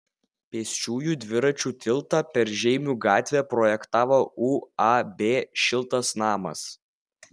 pėsčiųjų dviračių tiltą per žeimių gatvę projektavo uab šiltas namas